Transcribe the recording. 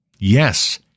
Yes